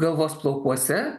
galvos plaukuose